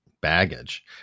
baggage